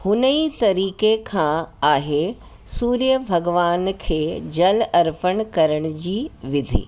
हुन ई तरीक़े खां आहे सुर्य भगवान खे जलु अरपण करण जी विधी